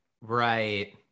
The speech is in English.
Right